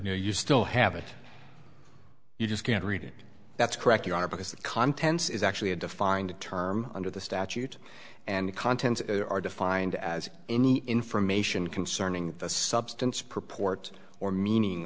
know you still have it you just can't read it that's correct your honor because the contents is actually a defined term under the statute and contents are defined as any information concerning the substance purport or meaning